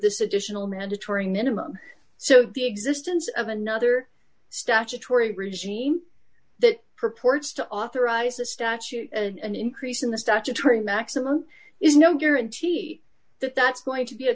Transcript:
this additional mandatory minimum so the existence of another statutory regime that purports to authorize a statute an increase in the statutory maximum is no guarantee that that's going to be a